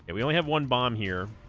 and we only have one bomb here